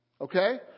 Okay